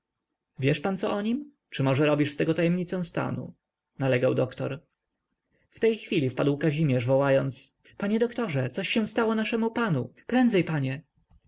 wiesz pan co o nim czy może robisz z tego tajemnicę stanu nalegał doktor w tej chwili wpadł kazimierz wołając panie doktorze coś się stało naszemu panu prędzej panie